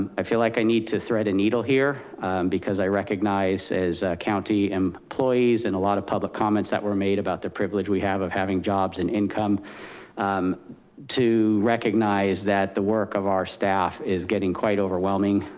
i feel like i need to thread a needle here because i recognize as county employees and a lot of public comments that were made about the privilege we have of having jobs and income to recognize that the work of our staff is getting quite overwhelming.